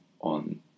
on